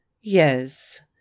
Yes